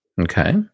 Okay